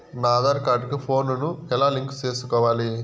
నా ఆధార్ కార్డు కు ఫోను ను ఎలా లింకు సేసుకోవాలి?